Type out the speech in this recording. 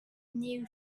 new